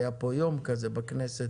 היה פה יום כזה בכנסת,